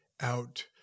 out